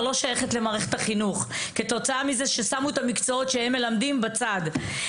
לא שייכת למערכת החינוך כתוצאה מזה ששמו את המקצועות שהם מלמדים בצד.